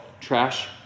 Trash